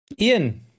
Ian